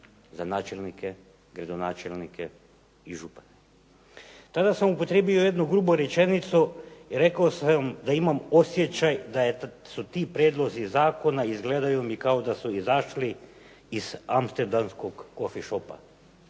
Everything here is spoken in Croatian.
za načelnike, gradonačelnike i župane. Tada sam upotrijebio jednu grubu rečenicu i rekao sam da imam osjećaj da su ti prijedlozi zakona izgledaju mi kao da su izašli iz amsterdamskog kofi shopa.